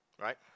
Right